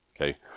okay